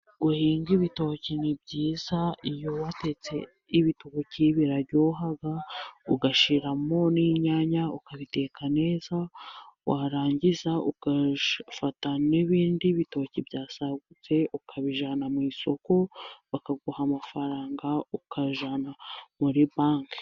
Guhinga ibitoki ni byiza, iyo watetse ibitoki biraryoha ugashiramo n' inyanya, ukabiteka neza warangiza ugafata n' ibindi bitoki byasagutse ukabijyana mu isoko bakaguha amafaranga ukajyana muri banki.